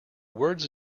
words